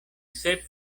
sep